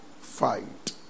fight